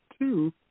two